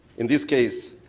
in this case,